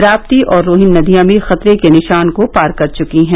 राप्ती और रोहिन नदिया भी खतरे के निशान को पार कर चुकी हैं